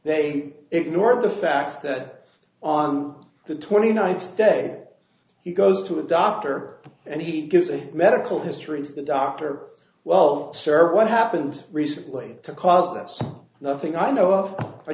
they ignored the fact that on the twenty ninth day he goes to a doctor and he gives a medical history to the doctor well sarah what happened recently to cost us nothing i know of i